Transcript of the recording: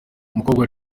umukobwa